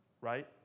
Right